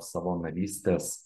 savo narystės